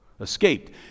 Escaped